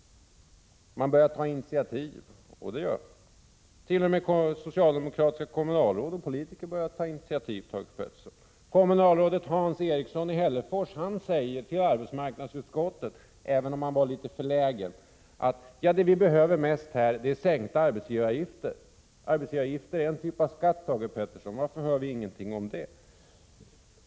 Man börjar ta initiativ, säger Thage G. Peterson. T. o. m. socialdemokratiska kommunalråd och andra politiker börjar ta initiativ. Kommunalrådet Hans Eriksson i Hällefors sade till arbetsmarknadsutskottet, även om han var litet förlägen: Det vi behöver mest här är sänkta arbetsgivareavgifter. Arbetsgivareavgifter är en typ av skatt, Thage G. Peterson. Varför hör vi ingenting om det?